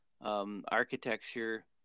architecture